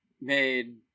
made